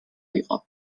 იყო